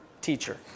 teacher